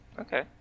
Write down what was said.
Okay